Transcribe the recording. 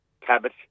cabbage